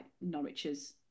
Norwich's